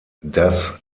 das